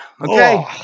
Okay